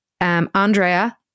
Andrea